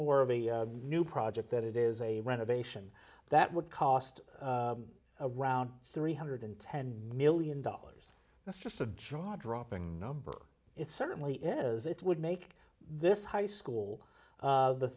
more of a new project that it is a renovation that would cost around three hundred ten million dollars that's just a drop dropping number it certainly is it would make this high school the th